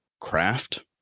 craft